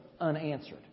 unanswered